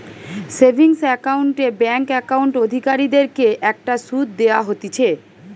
savings account এ bank account অধিকারীদের কে একটা শুধ দেওয়া হতিছে